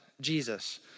Jesus